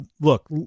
look